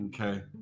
Okay